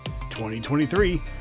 2023